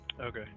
Okay